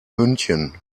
münchen